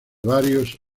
varios